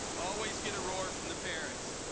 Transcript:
always get a roar from the parents.